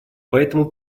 поэтому